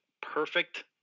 perfect